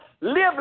live